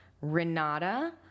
Renata